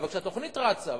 אבל כשהתוכנית רצה,